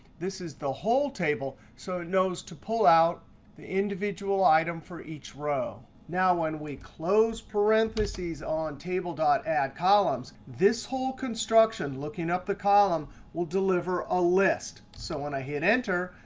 this is the whole table, so it knows to pull out the individual item for each row. now, when, we close parentheses on table addcolumns, this whole construction looking up the column will deliver a list. so when i hit enter,